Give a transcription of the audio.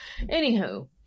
Anywho